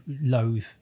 loathe